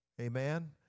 Amen